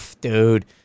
dude